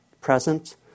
present